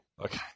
Okay